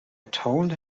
told